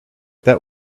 that